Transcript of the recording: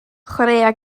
chwaraea